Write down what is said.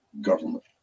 government